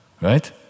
right